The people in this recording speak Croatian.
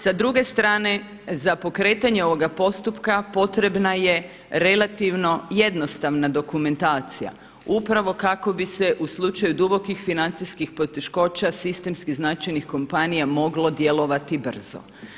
Sa druge strane za pokretanje ovoga postupka potrebna je relativno jednostavna dokumentacija upravo kako bi se u slučaju dubokih financijskih poteškoća, sistemski značajnih kompanija moglo djelovati brzo.